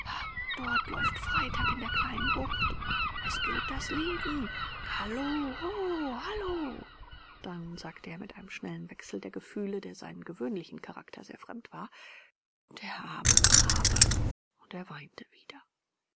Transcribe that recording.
dort läuft freitag in der kleinen bucht es gilt das leben hallo ho hallo dann sagte er mit einem schnellen wechsel der gefühle der seinem gewöhnlichen charakter sehr fremd war der arme knabe und er weinte wieder